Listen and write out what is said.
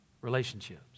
relationships